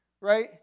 right